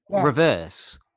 reverse